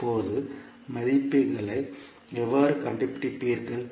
இப்போது மதிப்புகளை எவ்வாறு கண்டுபிடிப்பீர்கள்